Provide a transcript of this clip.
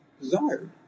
desired